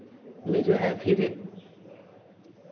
में जो है फिर